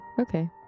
Okay